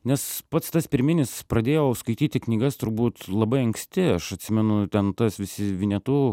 nes pats tas pirminis pradėjau skaityti knygas turbūt labai anksti aš atsimenu ten tas visi vinetu